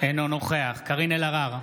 אינו נוכח קארין אלהרר,